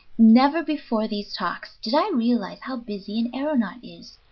never before these talks did i realize how busy an aeronaut is,